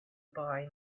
buy